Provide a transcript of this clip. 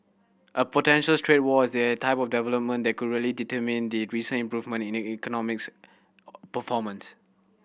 a potential trade war is the type of development that could really determine the recent improvement in the economics performance